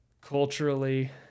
culturally